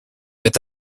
with